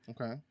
Okay